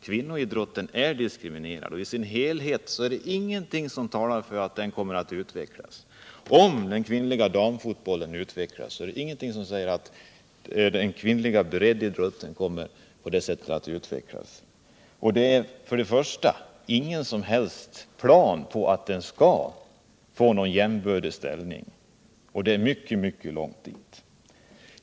Kvinnoidrotten är diskriminerad, och ser man på idrotten i dess helhet finns det ingenting som talar för att kvinnoidrotten kommer att utvecklas. Även om damfotbollen kommer att utvecklas, är det ingenting som säger att också den kvinnliga breddidrotten därmed skulle utvecklas. Det finns inte heller någon plan som syftar till att den kvinnliga idrotten skall få en jämbördig ställning — det är alltså mycket långt dit.